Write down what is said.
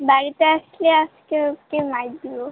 বাড়িতে আসলে আসকে ওকে মাইর দিবো